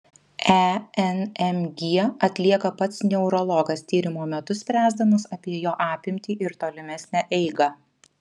enmg atlieka pats neurologas tyrimo metu spręsdamas apie jo apimtį ir tolimesnę eigą